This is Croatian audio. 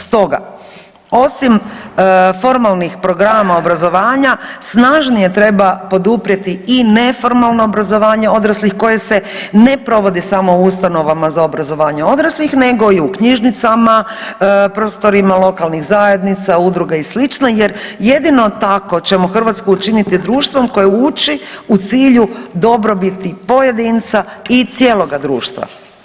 Stoga osim formalnih programa obrazovanja, snažnije treba poduprijeti i neformalno obrazovanje odraslih koje se ne provodi samo u ustanovama za obrazovanje odraslih nego i u knjižnicama, prostorijama lokalnih zajednica, udruga i sl. jer jedino tako ćemo Hrvatsku učiniti društvom koje uči u cilju dobrobiti pojedinca i cijeloga društva.